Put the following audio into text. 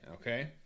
okay